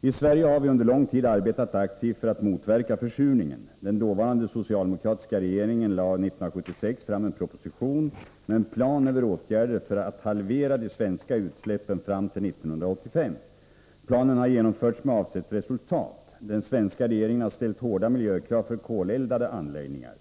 I Sverige har vi under lång tid arbetat aktivt för att motverka försurningen. Den dåvarande socialdemokratiska regeringen lade 1976 fram en proposition med en plan över åtgärder för att halvera de svenska utsläppen fram till år 1985. Planen har genomförts med avsett resultat. Den svenska regeringen har ställt hårda miljökrav för koleldade anläggningar.